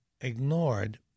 ignored